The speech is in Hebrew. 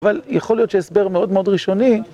אבל יכול להיות שהסבר מאוד מאוד ראשוני